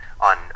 on